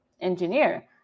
engineer